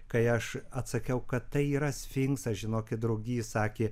kai aš atsakiau kad tai yra sfinksas žinokit drugys sakė